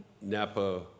Napa